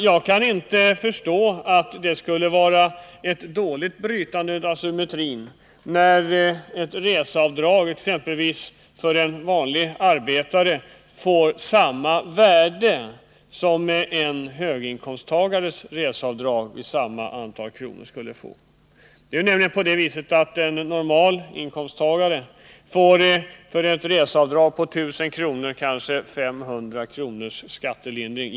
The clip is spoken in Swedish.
Jag kan inte förstå att det skulle vara ett olämpligt brott mot symmetrin att ett reseavdrag exempelvis för en vanlig arbetare får samma värde som en höginkomsttagares avdrag för motsvarande resekostnad, räknat i antal kronor. En normal inkomsttagare får för ett reseavdrag på 1000 kr. en skattelindring om kanske 500 kr.